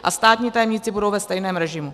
A státní tajemníci budou ve stejném režimu.